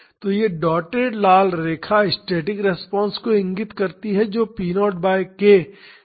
तो यह डॉटेड लाल रेखा स्टैटिक रिस्पांस को इंगित करती है जो p0 by k t by tr है